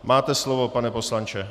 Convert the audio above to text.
Máte slovo, pane poslanče.